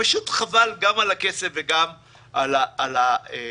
פשוט חבל גם על הכסף וגם על העוצמה.